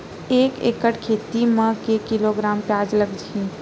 एक एकड़ खेती म के किलोग्राम प्याज लग ही?